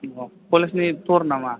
कलेजनि टुर नामा